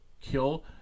kill